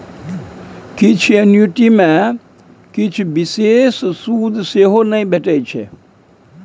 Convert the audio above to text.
किछ एन्युटी मे किछ बिषेश सुद सेहो नहि भेटै छै